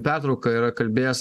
pertrauką yra kalbėjęs